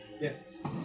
Yes